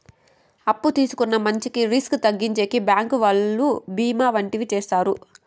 అప్పు తీసుకున్న మంచికి రిస్క్ తగ్గించేకి బ్యాంకు వాళ్ళు బీమా వంటివి చేత్తారు